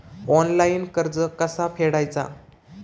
Online कर्ज कसा फेडायचा?